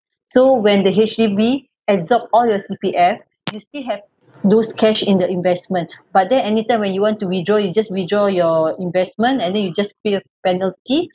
so when the H_D_B absorbed all your C_P_F you still have those cash in the investment but then anytime when you want to withdraw you just withdraw your investment and then you just pay a penalty